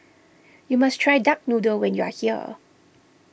you must try Duck Noodle when you are here